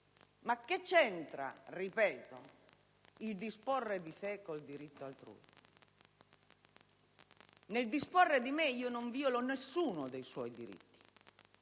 ma che c'entra - ripeto - il disporre di sé con il diritto altrui? Nel disporre di me io non violo alcuno dei suoi diritti;